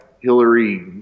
hillary